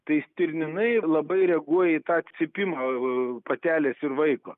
tai stirninai labai reaguoja į tą cypimą patelės ir vaiko